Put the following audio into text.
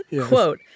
Quote